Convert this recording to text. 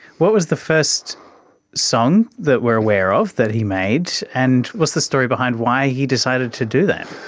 what was the first song that we are aware of that he made, and what's the story behind why he decided to do that?